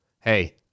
hey